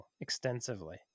extensively